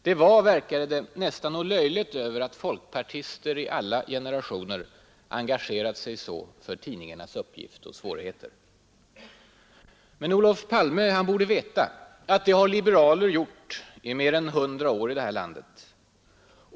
Det var, verkade det, nästan något löjligt att folkpartister i alla generationer engagerat sig så för tidningarnas uppgift och svårigheter. Men Olof Palme borde veta att det har liberaler gjort i mer än 100 år i det här landet.